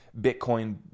Bitcoin